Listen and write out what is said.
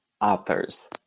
authors